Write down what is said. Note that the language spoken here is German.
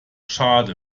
schade